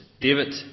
David